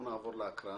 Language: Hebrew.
שלום לכולם.